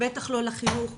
בטח לא לחינוך,